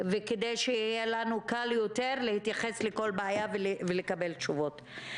כדי שיהיה לנו קל יותר להתייחס לכל בעיה ולקבל תשובות.